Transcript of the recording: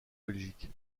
belgique